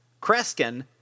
Kreskin